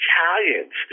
Italians